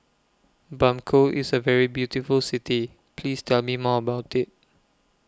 Bamako IS A very beautiful City Please Tell Me More about IT